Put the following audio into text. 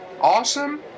Awesome